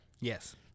Yes